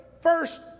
first